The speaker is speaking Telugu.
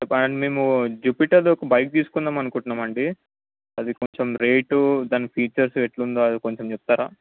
మేము జుపిటర్ది ఒక బైక్ తీసుకుందాం అనుకుంటాం అండి అది కొంచెం రేటు దాని ఫీచర్స్ ఎట్లా ఉందో అది కొంచెం చెప్తారా